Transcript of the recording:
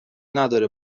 نداره